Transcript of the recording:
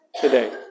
today